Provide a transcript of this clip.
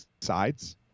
sides